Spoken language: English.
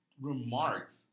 remarks